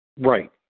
Right